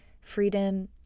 freedom